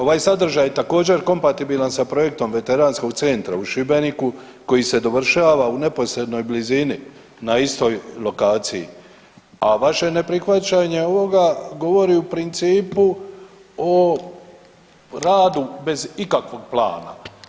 Ovaj sadržaj također kompatibilan sa projektom Veteranskog centra u Šibeniku koji se dovršava u neposrednoj blizini na istoj lokaciji, a vaše neprihvaćanje ovoga govori u principu o radu bez ikakvog plana.